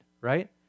right